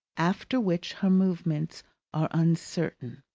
after which her movements are uncertain.